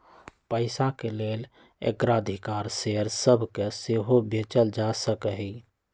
पइसाके लेल अग्राधिकार शेयर सभके सेहो बेचल जा सकहइ